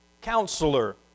Counselor